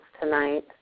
tonight